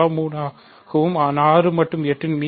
வ 3 ஆகவும் 6 மற்றும் 8 இன் மி